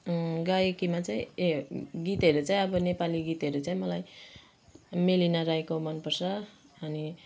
गायकीमा चाहिँ ए गीतहरू चाहिँ अब नेपाली गीतहरू चाहिँ मलाई मेलिना राईको मनपर्छ अनि